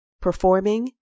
performing